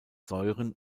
säuren